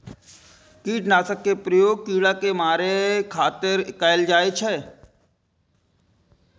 कीटनाशक के प्रयोग कीड़ा कें मारै खातिर कैल जाइ छै